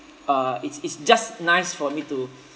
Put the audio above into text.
uh it's it's just nice for me to